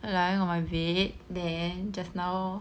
lying on my bed then just now